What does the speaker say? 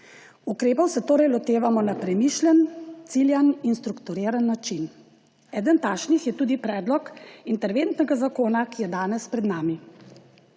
Ukrepov se torej lotevamo na premišljen, ciljan in strukturiran način. Eden takšnih je tudi predlog interventnega zakona, ki je danes pred nami.